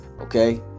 okay